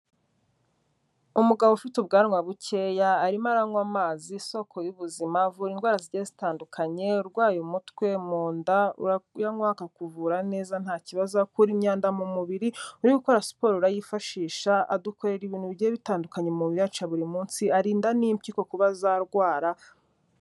Umugabo ufite ubwanwa bukeya arimo aranywa amazi, isoko y'ubuzima, avura indwara zigiye zitandukanye, urwaye umutwe, mu nda urayanywa akakuvura neza ntakibazo, akura imyanda mu mubiri, uri gukora siporo urayifashisha, adukorera ibintu bigiye bitandukanye mu mirimo yacu y'a buri munsi, arinda n'impyiko kuba zarwara.